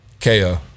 KO